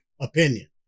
opinion